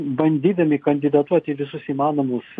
bandydami kandidatuoti į visus įmanomus